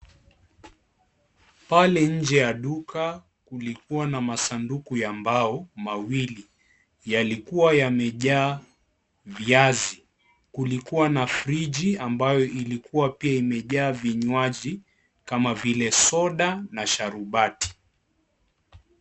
Pale nje ya duka kulikua na masanduku ya mbao mawili, yalikua yamejaa viazi, kulikua na friji ambayo ilikua pia imejaa vinywaji kama vile soda na sharubati.